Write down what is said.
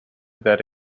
that